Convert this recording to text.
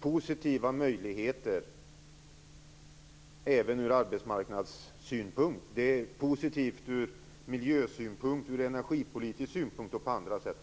positiva möjligheter även ur arbetsmarknadssynpunkt. Det är positivt ur miljösynpunkt, ur energipolitisk synpunkt och på andra sätt.